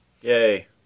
Yay